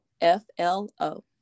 F-L-O